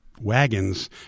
wagons